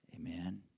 Amen